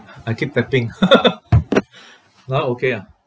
I keep tapping now okay ah